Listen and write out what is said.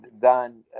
done